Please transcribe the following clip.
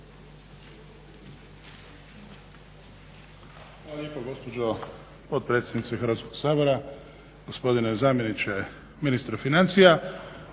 Hvala lijepo gospođo potpredsjednice Hrvatskog sabora. Gospodine zamjeniče ministra financija.